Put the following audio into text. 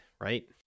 right